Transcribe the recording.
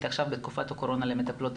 עכשיו בתקופת מהקורונה עבור המטפלות.